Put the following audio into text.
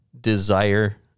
desire